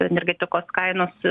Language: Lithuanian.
energetikos kainos